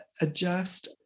adjust